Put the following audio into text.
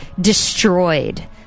destroyed